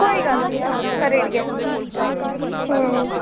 कोई गल्ल नेईं अस् करी उड़गे